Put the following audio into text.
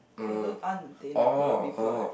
so those unattainable people like